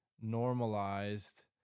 normalized